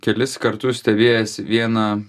kelis kartus stebėjęs vieną